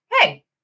hey